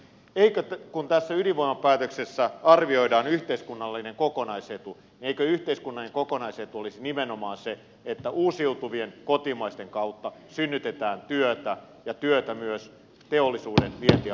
kun tässä ydinvoimapäätöksessä arvioidaan yhteiskunnallinen kokonaisetu niin eikö yhteiskunnallinen kokonaisetu olisi nimenomaan se että uusiutuvien kotimaisten kautta synnytetään työtä ja työtä myös teollisuuden vientialoille